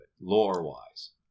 lore-wise